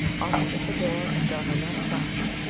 opposite the door, and on the left side,